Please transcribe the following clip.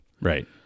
right